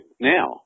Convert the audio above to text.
now